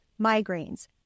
migraines